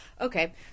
Okay